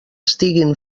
estiguin